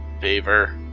favor